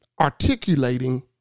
articulating